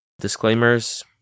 Disclaimers